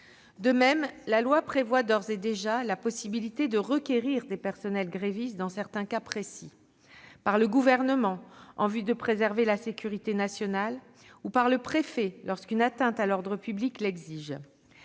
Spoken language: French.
le même sens, la loi prévoit d'ores et déjà la possibilité de requérir des personnels grévistes dans certains cas précis : cette possibilité est ouverte au Gouvernement, en vue de préserver la sécurité nationale, et au préfet, lorsqu'une atteinte à l'ordre public l'exige.